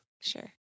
sure